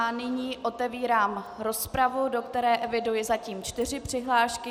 Nyní otevírám rozpravu, do které eviduji zatím čtyři přihlášky.